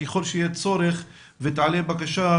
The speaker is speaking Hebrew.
ככל שיהיה צורך ותעלה בקשה,